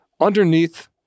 underneath